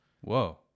Whoa